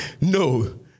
no